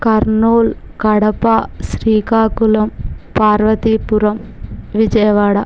Kurnool Kadapa Srikakulam Parvathipuram Vijayawada